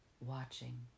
watching